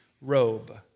robe